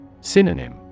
Synonym